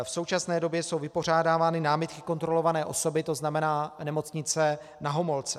V současné době jsou vypořádávány námitky kontrolované osoby, to znamená Nemocnice Na Homolce.